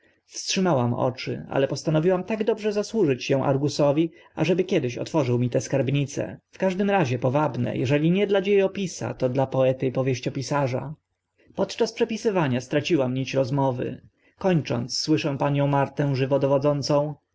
chmura wstrzymałam oczy ale postanowiłam tak dobrze zasłużyć się argusowi ażeby kiedyś otworzył mi te skarbnice w każdym razie powabne eżeli nie dla dzie opisa to dla poety i powieściopisarza podczas przepisywania straciłam nić rozmowy kończąc słyszę panią martę żywo dowodzącą